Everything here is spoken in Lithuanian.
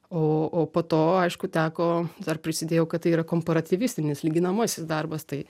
o o po to aišku teko dar prisidėjau kad tai yra komparatyvistinis lyginamasis darbas tai